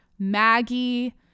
Maggie